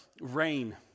rain